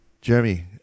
Jeremy